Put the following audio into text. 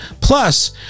Plus